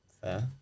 Fair